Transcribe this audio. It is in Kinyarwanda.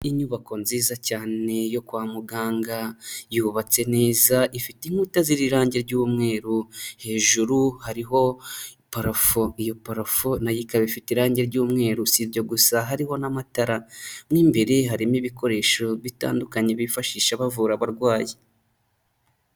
Inyubako nziza cyane yo kwa muganga, yubatse neza ifite inkuta ziriho irange ry'umweru, hejuru hariho parafo iyo parofo nayo ikaba ifite irangi ry'umweru, si ibyo gusa hariho n'amatara mo imbere harimo ibikoresho bitandukanye bifashisha bavura abarwayi.